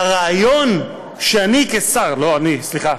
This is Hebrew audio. והרעיון שאני כשר, לא אני, סליחה,